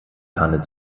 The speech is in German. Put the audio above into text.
tanne